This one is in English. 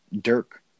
Dirk